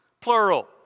plural